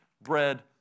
bread